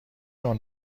نوع